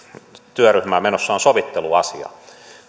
työryhmää menossa on on sovitteluasia